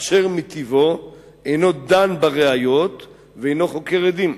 אשר מטבעו אינו דן בראיות ואינו חוקר עדים.